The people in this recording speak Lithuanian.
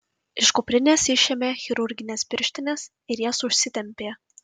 iš kuprinės išėmė chirurgines pirštines ir jas užsitempė